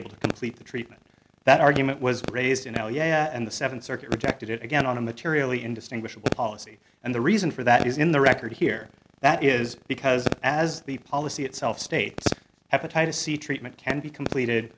able to complete the treatment that argument was raised in value and the seventh circuit rejected it again on a materially indistinguishable policy and the reason for that is in the record here that is because as the policy itself states hepatitis c treatment can be completed